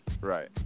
Right